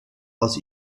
aus